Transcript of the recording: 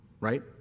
Right